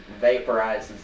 vaporizes